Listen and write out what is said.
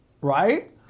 Right